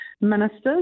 ministers